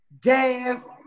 gas